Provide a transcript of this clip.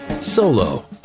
Solo